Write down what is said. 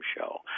Show